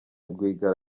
rwigara